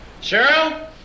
Cheryl